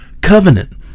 covenant